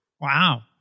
Wow